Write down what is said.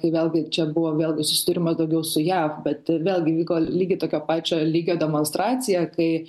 kai vėlgi čia buvo vėlgi susidūrimas daugiau su jav bet vėlgi vyko lygiai tokio pačio lygio demonstracija kai